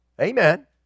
Amen